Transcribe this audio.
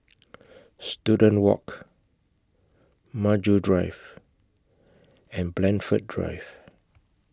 Student Walk Maju Drive and Blandford Drive